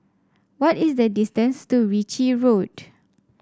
what is the distance to Ritchie Road